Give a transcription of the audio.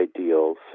ideals